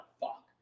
fuck